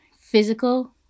physical